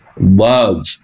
love